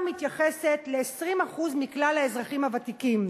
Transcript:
מתייחסת ל-20% מכלל האזרחים הוותיקים.